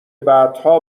بعدها